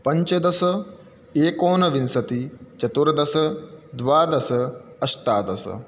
पञ्चदश एकोनविंशतिः चतुर्दश द्वादश अष्टादश